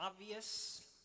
obvious